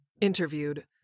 Interviewed